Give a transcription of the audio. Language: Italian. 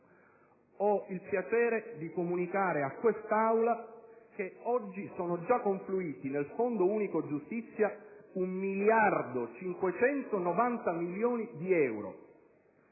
Ho il piacere di comunicare a quest'Aula che oggi sono già confluiti nel Fondo unico giustizia 1 miliardo e 590 milioni di euro